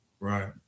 Right